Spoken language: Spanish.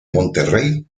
monterrey